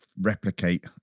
replicate